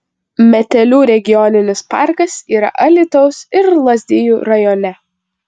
metelių regioninis parkas yra alytaus ir lazdijų rajone